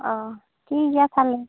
ᱚ ᱴᱷᱤᱠ ᱜᱮᱭᱟ ᱛᱟᱦᱚᱞᱮ